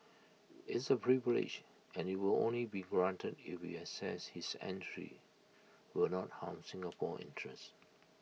it's A privilege and IT will only be granted if we assess his entry will not harm Singapore's interest